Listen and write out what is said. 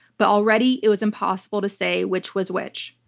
but already it was impossible to say which was which.